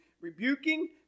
rebuking